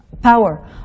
power